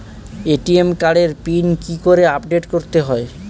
ATM কার্ডের PIN কি করে আপডেট করতে হয়?